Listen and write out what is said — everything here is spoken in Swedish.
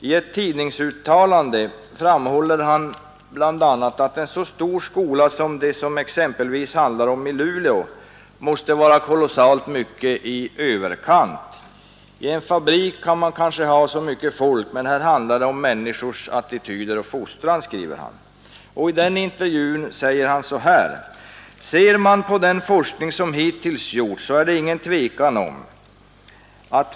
I ett tidningsuttalande framhåller han bl.a. att en så stor skola som det exempelvis handlar om i Luleå måste vara kolossalt mycket i överkant. I en fabrik kan man kanske ha så mycket folk, men här handlar det om människors attityder och fostran, säger han. Och han fortsätter: ”Ser man på den forskning som gjorts hittills ——— så är det ingen tvekan.